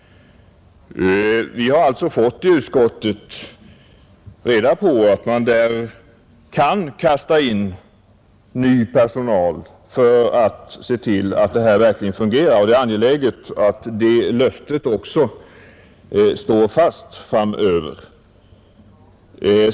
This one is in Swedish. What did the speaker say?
I utskottet har vi fått reda på att man kan kasta in ny personal för att se till att detta verkligen fungerar. Det är angeläget att det löftet också står fast framöver.